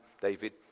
David